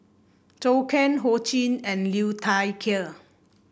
Zhou Can Ho Ching and Liu Thai Ker